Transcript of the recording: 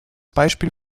beispiel